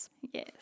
Yes